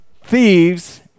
thieves